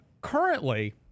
Currently